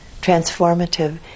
Transformative